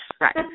Right